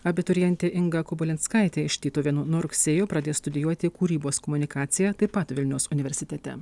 abiturientė inga kubilinskaitė iš tytuvėnų nuo rugsėjo pradės studijuoti kūrybos komunikaciją taip pat vilniaus universitete